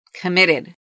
Committed